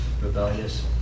rebellious